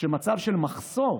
שמצב של מחסור